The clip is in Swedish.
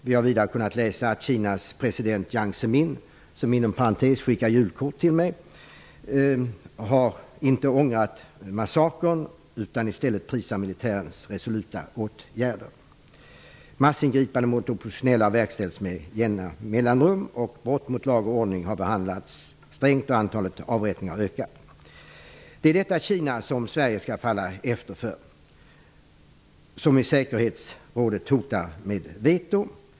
Vi har vidare kunnat läsa att Kinas president Jiang Zemin, som skickat julkort till mig, inte har ångrat massakern, utan i stället prisar militärens resoluta åtgärder. Massingripanden mot oppositionella verkställs med jämna mellanrum, brott mot lag och ordning har behandlats strängt och antalet avrättningar har ökat. Det är detta Kina som Sverige skall falla undan för, som i säkerhetsrådet hotar med veto.